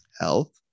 health